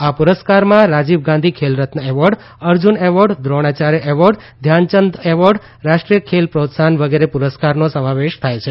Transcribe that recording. આ પુરસ્કારમાં Rajiv Gandhi Khel Ratna award Arjuna award Dronacharya award Dhyan Chand award Rashtriya Khel Protsahan વગેરે પુરસ્કારનો સમાવેશ થાય છે